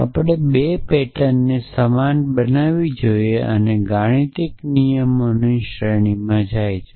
આપણે 2 પેટર્નને સમાન બનાવવી જોઈએ અને આ ગાણિતીક નિયમોની શ્રેણીમાં જાય છે